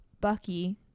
bucky